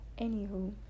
anywho